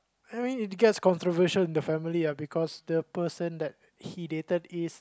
I mean it gets controversial in the family ah because the person that he dated is